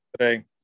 today